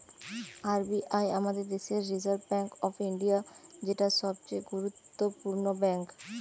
R B I আমাদের দেশের reserve bank of India, যেটা সবচে গুরুত্বপূর্ণ ব্যাঙ্ক